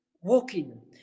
walking